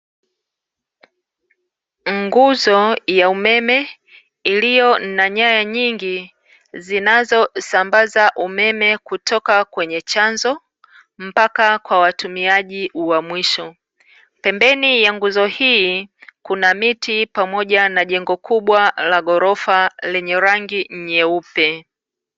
Nguzo ya umeme iliyo na nyaya nyingi zinazo sambaza umeme kutoka kwenye chanzo mpaka kwa watumiaji wa mwisho. Pembeni ya nguzo hii kuna miti pamoja na jengo kubwa la ghorofa lenye rangi nyeupe